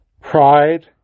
pride